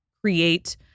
create